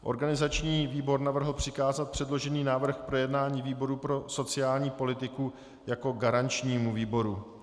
Organizační výbor navrhl přikázat předložený návrh k projednání výboru pro sociální politiku jako garančnímu výboru.